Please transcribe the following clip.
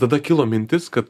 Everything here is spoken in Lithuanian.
tada kilo mintis kad